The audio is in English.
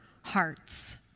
hearts